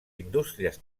indústries